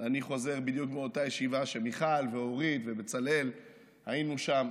אני חוזר בדיוק מאותה ישיבה שמיכל ואורית ובצלאל היינו בה,